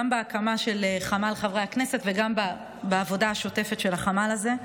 בהקמה של חמ"ל חברי הכנסת וגם בעבודה השוטפת של החמ"ל הזה.